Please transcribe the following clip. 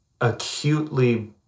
acutely